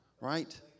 Right